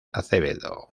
acevedo